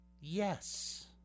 Yes